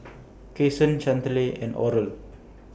Cason Chantelle and Oral